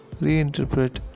reinterpret